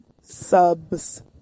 subs